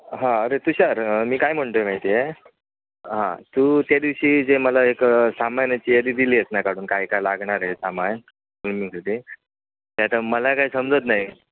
हां अरे तुषार मी काय म्हणतो आहे माहिती आहे हां तू त्या दिवशी जे मला एक सामानाची यादी दिली आहेस ना काढून काय काय लागणार आहे सामान ते आता मला काही समजत नाही